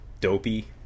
dopey